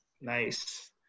Nice